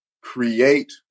create